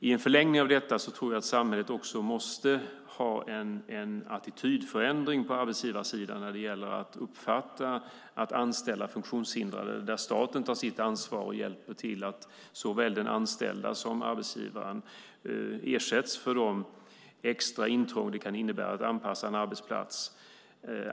I förlängningen tror jag att samhället dessutom måste åstadkomma en attitydförändring på arbetsgivarsidan när det gäller att anställa funktionshindrade. Där måste staten ta sitt ansvar och hjälpa till så att såväl den anställda som arbetsgivaren ersätts för de extra intrång det kan innebära att anpassa en arbetsplats.